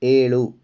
ಏಳು